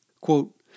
Quote